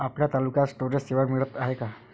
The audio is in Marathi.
आपल्या तालुक्यात स्टोरेज सेवा मिळत हाये का?